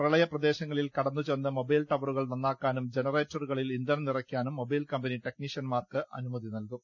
പ്രളയ പ്രദേശങ്ങളിൽ കടന്നുചെന്ന് മൊബൈൽ ടവ റുകൾ നന്നാക്കാനും ജനറേറ്ററുകളിൽ ഇന്ധനം നിറയ്ക്കാനും മൊബൈൽ കമ്പനി ടെക്നീഷ്യന്മാർക്ക് അനുമതി നൽകും